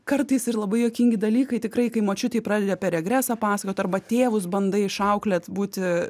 kartais ir labai juokingi dalykai tikrai kai močiutei pradedi apie regresą pasakot arba tėvus bandai išauklėt būti